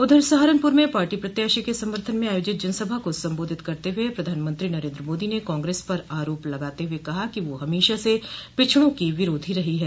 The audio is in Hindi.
उधर सहारनपुर में पार्टी प्रत्याशी के समर्थन में आयोजित जनसभा को सम्बोधित करते हुए प्रधानमंत्री नरेन्द्र मोदी ने कांग्रेस पर आरोप लगाते हुए कहा कि वह हमेशा से पिछड़ों की विरोधी रही है